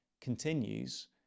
continues